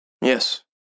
Yes